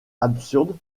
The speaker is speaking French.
absurde